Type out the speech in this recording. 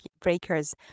breakers